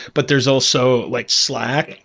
but there's also like slack.